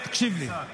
בליאק, תקשיב לי.